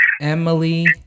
Emily